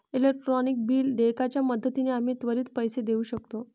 electronic bill देयकाच्या मदतीने आम्ही त्वरित पैसे देऊ शकतो